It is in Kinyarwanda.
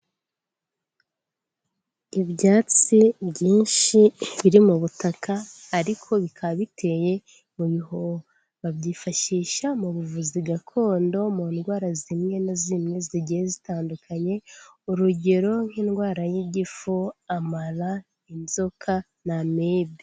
Ibyatsi byinshi biri mu butaka, ariko bikaba biteye mu bihoho, babyifashisha mu buvuzi gakondo mu ndwara zimwe na zimwe zigiye zitandukanye, urugero nk'indwara y'igifu, amara, inzoka, na amibe.